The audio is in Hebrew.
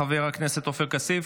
חבר הכנסת עופר כסיף,